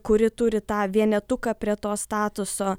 kuri turi tą vienetuką prie to statuso